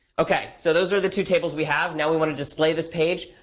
ok. so those are the two tables we have. now we want to display this page.